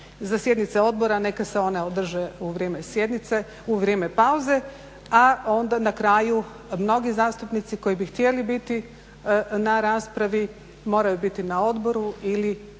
za sjednice odbora neka se one održe u vrijeme pauze, a onda na kraju mnogi zastupnici koji bi htjeli biti na raspravi moraju biti na odboru ili